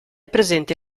presente